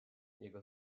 jego